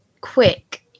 quick